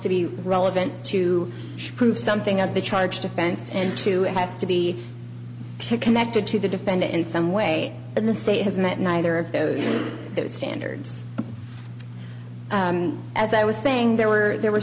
to be relevant to prove something of the charge defense and two it has to be connected to the defendant in some way and the state has met neither of those standards as i was saying there were there were